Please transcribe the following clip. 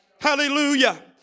Hallelujah